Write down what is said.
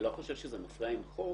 לכן סברנו שאין לה עוד מקום.